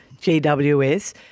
GWS